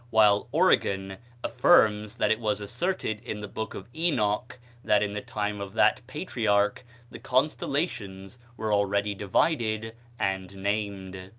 while origen affirms that it was asserted in the book of enoch that in the time of that patriarch the constellations were already divided and named.